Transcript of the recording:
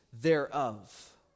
thereof